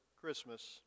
Christmas